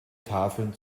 tafeln